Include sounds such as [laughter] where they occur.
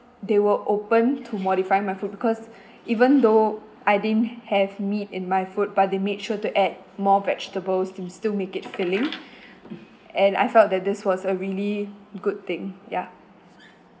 they were open to modify my food because [breath] even though I didn't have meat in my food but they made sure to add more vegetables and still make it filling and I felt that this was a really good thing ya